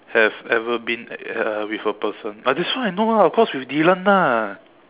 have ever been at a with a person ah ]this one I know lah of course with Dylan lah